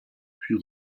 puis